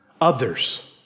Others